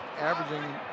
averaging